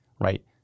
right